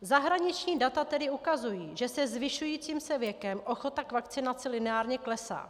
Zahraniční data tedy ukazují, že se zvyšujícím se věkem ochota k vakcinaci lineárně klesá.